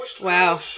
wow